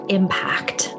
impact